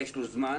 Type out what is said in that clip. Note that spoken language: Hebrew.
יש לו זמן,